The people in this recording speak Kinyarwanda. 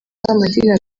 nk’amadini